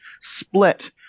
split